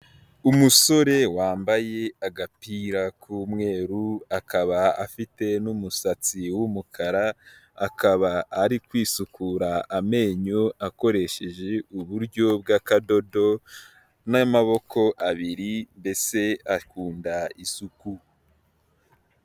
Umusore wambaye agapira k'umweru akaba afite n'umusatsi w'umukara, akaba ari kwisukura amenyo akoresheje uburyo bw'akadodo n'amaboko abiri, mbese akunda isuku.